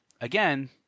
again